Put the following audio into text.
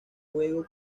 juego